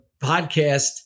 podcast